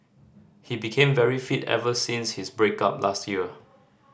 he became very fit ever since his break up last year